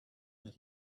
that